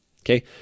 Okay